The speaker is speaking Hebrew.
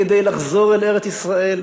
כדי לחזור לארץ-ישראל,